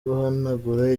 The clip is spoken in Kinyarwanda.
guhanagura